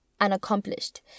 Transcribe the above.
unaccomplished